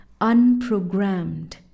unprogrammed